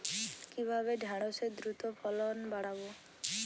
কিভাবে ঢেঁড়সের দ্রুত ফলন বাড়াব?